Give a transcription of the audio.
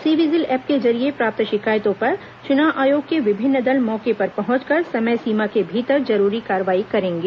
सी vigil app के जरिये प्राप्त शिकायतों पर चुनाव आयोग के विभिन्न दल मौके पर पहुंचकर समय सीमा के भीतर जरूरी कार्रवाई करेंगे